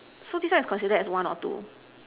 so this one is considered as one or two